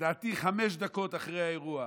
ולדעתי חמש דקות אחרי האירוע,